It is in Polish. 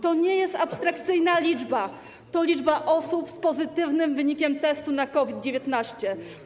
To nie jest abstrakcyjna liczba, to liczba osób z pozytywnym wynikiem testu na COVID-19.